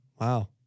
Wow